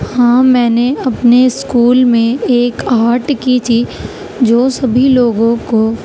ہاں میں نے اپنے اسکول میں ایک آرٹ کی تھی جو سبھی لوگوں کو